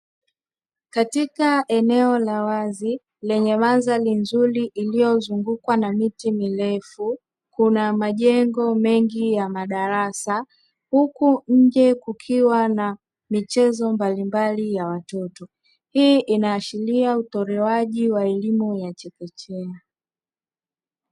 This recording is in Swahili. Katika eneo la wazi lenye mandhari nzuri lililozungukwa na miti mirefu kuna majengo mengi ya madarasa, huku nje kukiwa na michezo mbalimbali ya watoto; hii inaashiria utolewaji wa elimu ya chekechekea.